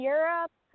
Europe